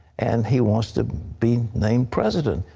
and he wants to be named president.